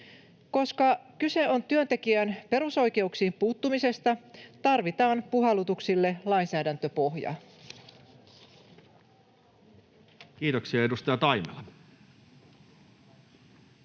Koska kyse on työntekijän perusoikeuksiin puuttumisesta, tarvitaan puhallutuksille lainsäädäntöpohja. [Speech 4] Speaker: Toinen